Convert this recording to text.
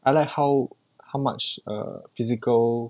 I like how how much a physical